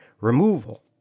removal